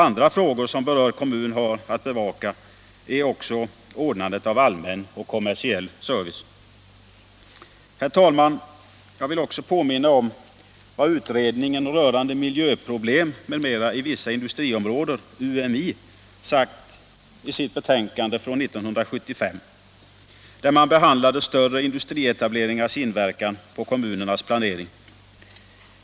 Andra frågor som berörd kommun har att bevaka gäller också ordnandet av allmän och kommersiell service. Herr talman! Jag vill även påminna om vad utredningen rörande miljöproblem m.m. i vissa industriområden — UMI -— sagt i sitt betänkande från 1975, där man bl.a. behandlat större industrietableringars inverkan på kommunernas planering.